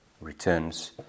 returns